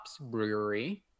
Brewery